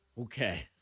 Okay